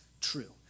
true